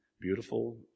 beautiful